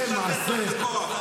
זו הבדיחה הכי טובה הבוקר.